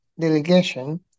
delegation